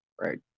right